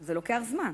זה לוקח זמן.